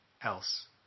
else